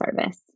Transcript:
service